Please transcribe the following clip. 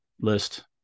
list